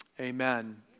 amen